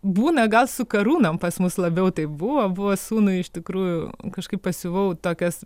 būna gal su karūnom pas mus labiau tai buvo buvo sūnui iš tikrųjų kažkaip pasiuvau tokias